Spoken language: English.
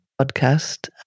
podcast